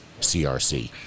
crc